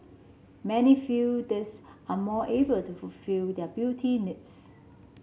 many feel these are more able to fulfil their beauty needs